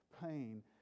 pain